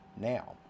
now